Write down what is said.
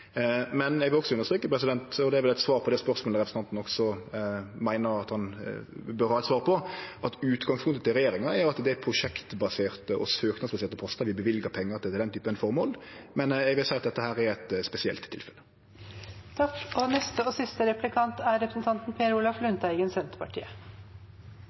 Eg vil også understreke, og det er vel eit svar på det spørsmålet representanten også meiner han bør ha eit svar på, at utgangspunktet til regjeringa er at det er frå prosjektbaserte og søknadsbaserte postar vi løyver pengar til denne typen føremål. Men eg vil seie at dette er eit spesielt tilfelle. Først vil jeg si at det som representanten